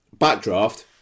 backdraft